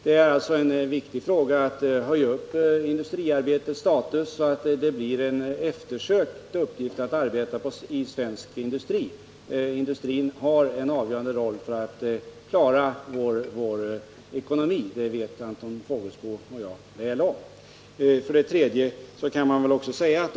Det är alltså en viktig fråga att höja industriarbetets status, så att det blir en eftersökt uppgift att arbeta i svensk industri. Industrin spelar en avgörande roll när det gäller att klara vår ekonomi, det vet Anton Fågelsbo och jag väl om.